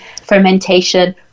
fermentation